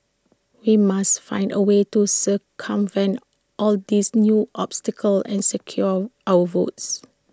we must find A way to circumvent all these new obstacles and secure our votes